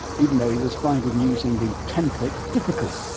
even though he was finding using the template difficult.